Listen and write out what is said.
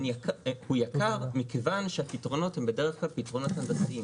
הוא יקר מכיוון שהפתרונות הם בדרך כלל הנדסיים.